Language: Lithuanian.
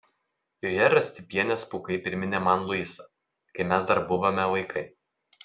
joje rasti pienės pūkai priminė man luisą kai mes dar buvome vaikai